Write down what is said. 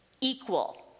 equal